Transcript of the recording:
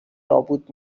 نابود